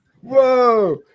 Whoa